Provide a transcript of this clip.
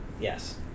Yes